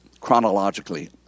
chronologically